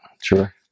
Sure